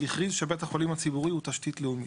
הכריז שבית החולים הציבורי הוא תשתית לאומית.